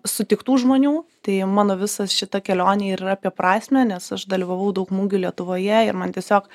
sutiktų žmonių tai mano visas šita kelionė ir yra apie prasmę nes aš dalyvavau daug mugių lietuvoje ir man tiesiog